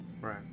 Right